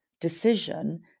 decision